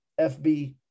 FB